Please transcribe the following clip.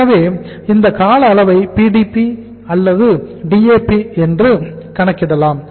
எனவே இந்த கால அளவை PDP அல்லது DAP என்று கணக்கிடலாம்